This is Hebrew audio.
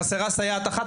חסרה סייעת אחת?